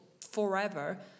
forever